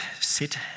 sit